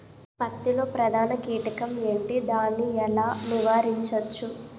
పత్తి లో ప్రధాన కీటకం ఎంటి? దాని ఎలా నీవారించచ్చు?